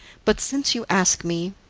but since you ask me,